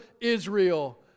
Israel